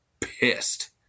pissed